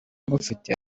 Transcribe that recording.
mufite